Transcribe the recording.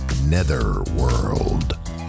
netherworld